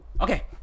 Okay